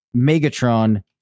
megatron